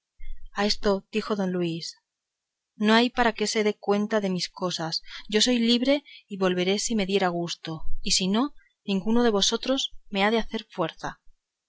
a esto dijo don luis no hay para qué se dé cuenta aquí de mis cosas yo soy libre y volveré si me diere gusto y si no ninguno de vosotros me ha de hacer fuerza